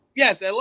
Yes